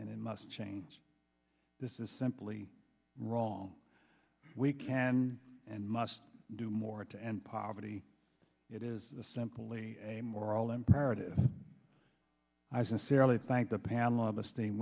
and in must change this is simply wrong we can and must do more to end poverty it is a simple a moral imperative i sincerely thank the panel augustin